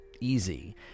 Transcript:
easy